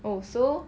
oh so